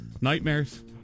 Nightmares